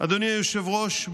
אדוני היושב-ראש,